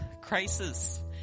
crisis